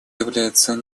является